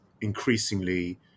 increasingly